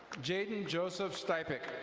jaden joseph stypick.